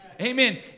Amen